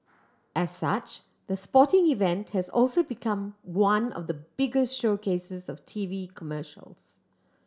as such the sporting event has also become one of the biggest showcases of T V commercials